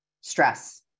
Stress